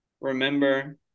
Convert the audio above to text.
remember